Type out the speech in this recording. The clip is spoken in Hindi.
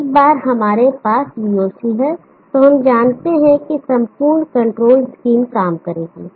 एक बार हमारे पास voc है तो हम जानते हैं कि संपूर्ण कंट्रोल स्कीम काम करेगी